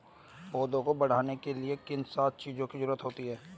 पौधों को बढ़ने के लिए किन सात चीजों की जरूरत होती है?